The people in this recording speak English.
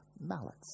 mallets